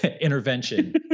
intervention